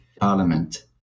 parliament